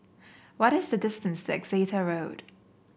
what is the distance to Exeter Road